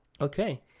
okay